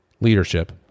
leadership